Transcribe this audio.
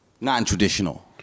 non-traditional